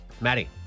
Maddie